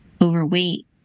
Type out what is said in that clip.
Overweight